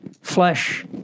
flesh